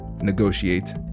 negotiate